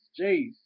Jace